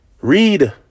Read